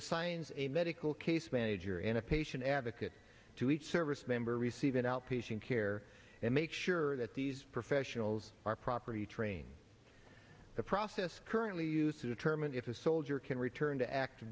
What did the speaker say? assigns a medical case manager and a patient advocate to each service member receive an outpatient care and make sure that these professionals are property train the process currently used to determine if a soldier can return to active